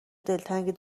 دلتنگ